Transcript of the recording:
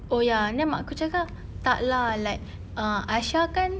oh ya then mak aku cakap tak lah like err aisha kan